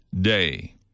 day